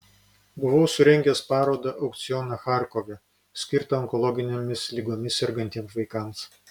buvau surengęs parodą aukcioną charkove skirtą onkologinėmis ligomis sergantiems vaikams